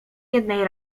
jednej